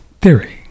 theory